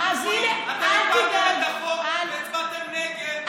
אתם הפלתם את החוק והצבעתם נגד,